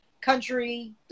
Country